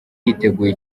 yiteguye